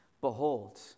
Behold